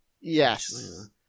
Yes